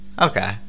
okay